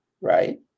Right